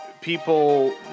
people